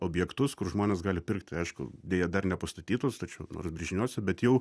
objektus kur žmonės gali pirkti aišku deja dar nepastatytus tačiau nors brėžiniuose bet jau